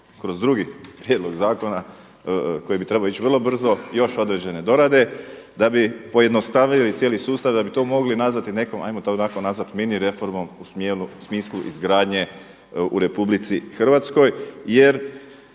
kroz drugi prijedlog zakona koji bi trebao ići vrlo brzo još određene dorade da bi pojednostavili cijeli sustav, da bi to mogli nazvati nekom hajmo to tako nazvati mini reformom u smislu izgradnje u Republici Hrvatskoj. Jer